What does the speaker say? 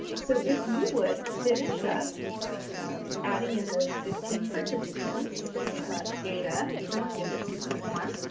so, if you would finish up adding in those fifteen participants' data from table two point one.